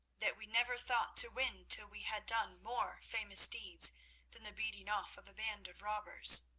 that we never thought to win till we had done more famous deeds than the beating off of a band of robbers.